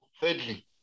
Thirdly